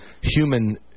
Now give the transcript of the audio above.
human